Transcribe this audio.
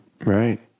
Right